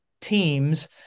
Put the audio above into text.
teams